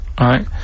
right